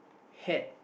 hat